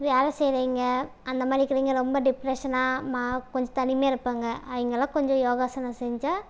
வேலை செய்கிறவைங்க அந்த மாதிரி இருக்கிறவைங்க ரொம்ப டிப்ரஷனாக மா கொஞ்சம் தனிமையாக இருப்பாங்க அவங்கலாம் கொஞ்சம் யோகாசனம் செஞ்சால்